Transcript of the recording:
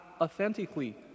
authentically